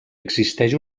existeix